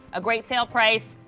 a great sale price,